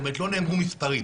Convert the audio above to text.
זאת אומרת, לא נאמרו מספרים.